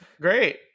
Great